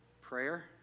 prayer